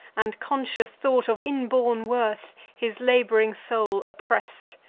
and conscious thought of inborn worth, his lab'ring soul oppress'd,